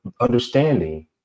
understanding